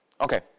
Okay